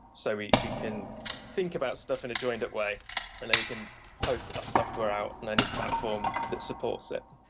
so we we can think about stuff in a joined-up way and then we can post our software out on any platform that supports it.